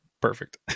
Perfect